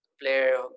player